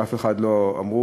שאף אחד לא אמר.